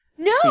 No